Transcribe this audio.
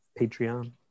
Patreon